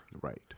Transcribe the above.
right